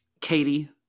Katie